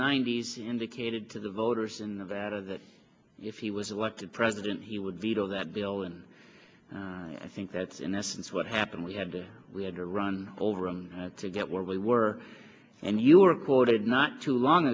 ninety's indicated to the voters in nevada that if he was elected president he would veto that bill and i think that's in essence what happened we had we had to run over a to get where we were and you were quoted not too long